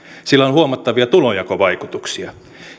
sillä on huomattavia tulonjakovaikutuksia